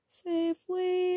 safely